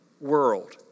world